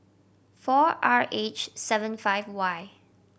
four R H seven five Y